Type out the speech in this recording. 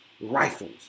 rifles